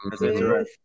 Yes